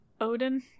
Odin